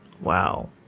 wow